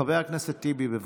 חבר הכנסת טיבי, בבקשה.